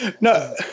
No